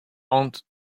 aunt